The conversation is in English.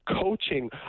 coaching